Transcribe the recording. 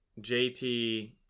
JT